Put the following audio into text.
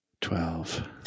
Twelve